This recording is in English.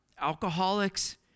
alcoholics